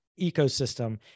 ecosystem